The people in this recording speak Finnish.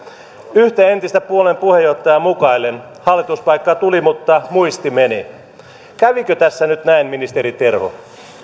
yhtä entistä puolueen puheenjohtajaa mukaillen hallituspaikka tuli mutta muisti meni kävikö tässä nyt näin ministeri terho